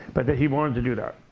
but but he wanted to do that.